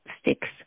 sticks